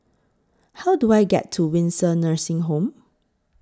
How Do I get to Windsor Nursing Home